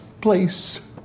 place